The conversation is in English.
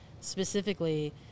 specifically